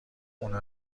خونه